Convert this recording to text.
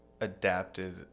adapted